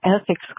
ethics